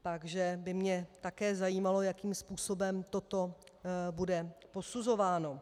Takže by mě také zajímalo, jakým způsobem toto bude posuzováno.